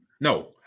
No